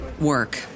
work